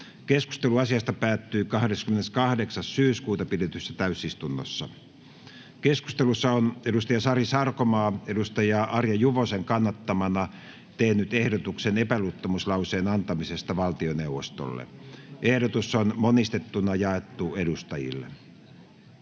Keskustelu asiasta päättyi 28.9.2022 pidetyssä täysistunnossa. Keskustelussa on Sari Sarkomaa Arja Juvosen kannattamana tehnyt ehdotuksen epäluottamuslauseen antamisesta valtioneuvostolle. Ehdotus on monistettuna jaettu edustajille.